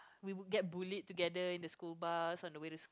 we will get bullied together in the school bus on the way to